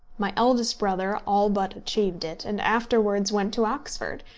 my eldest brother all but achieved it, and afterwards went to oxford,